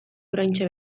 oraintxe